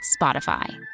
Spotify